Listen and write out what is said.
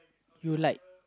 you like